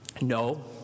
No